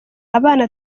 abana